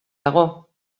dago